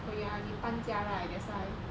oh ya 你搬家 right that's why